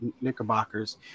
Knickerbockers